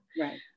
Right